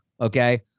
okay